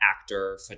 actor